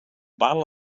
bottle